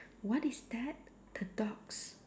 what is that the dog's